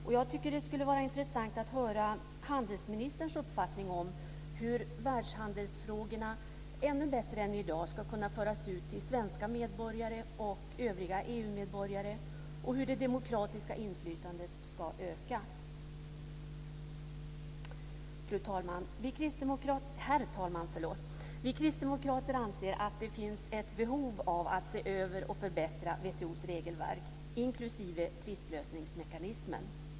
Jag tycker att det skulle vara intressant att höra handelsministerns uppfattning om hur världshandelsfrågorna ännu bättre än i dag ska kunna föras ut till svenska medborgare och övriga EU medborgare och hur det demokratiska inflytandet ska öka. Herr talman! Vi kristdemokrater anser att det finns ett behov av att se över och förbättra WTO:s regelverk, inklusive tvistlösningsmekanismen.